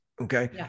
Okay